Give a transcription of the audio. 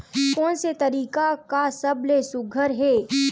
कोन से तरीका का सबले सुघ्घर हे?